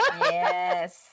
Yes